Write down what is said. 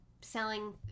Selling